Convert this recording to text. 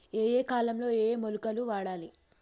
ఏయే కాలంలో ఏయే మొలకలు వాడాలి?